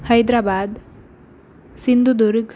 Hyderabad Sindhudurg